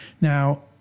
Now